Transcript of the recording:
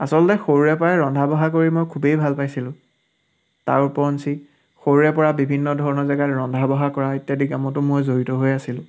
আচলতে সৰুৰে পৰাই মই ৰন্ধা বঢ়া কৰি খুবেই ভাল পাইছিলোঁ তাৰ উপৰঞ্চি সৰুৰে পৰা বিভিন্ন ধৰণৰ জেগাত ৰন্ধা বঢ়া কৰা ইত্যাদি কামতো মই জড়িত হৈ আছিলোঁ